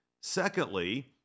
Secondly